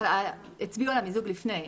הצביעו על המיזוג לפני,